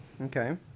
Okay